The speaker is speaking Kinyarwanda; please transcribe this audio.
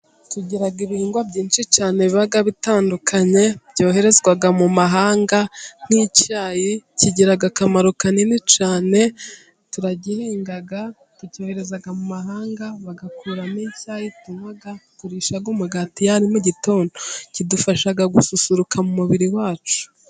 Tugira ibihingwa byinshi cyane biba bitandukanye byoherezwa mu mahanga, nk'icyayi kigira akamaro kanini cyane, turagihinga, tucyoherezaga mu mahanga bagakuramo icyayi tunywa, turisha umugati mu gitondo, kidufasha gususuruka mu mubiri wacu.